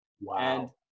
Wow